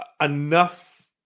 enough